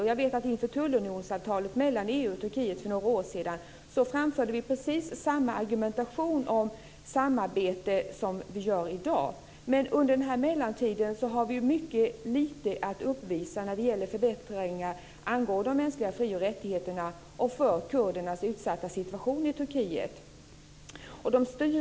Och jag vet att inför tullunionsavtalet mellan EU och Turkiet för några år sedan framförde vi precis samma argumentation om samarbete som vi gör i dag. Men under denna mellantid har vi mycket lite att uppvisa när det gäller förbättringar av de mänskliga fri och rättigheterna och kurdernas utsatta situation i Turkiet.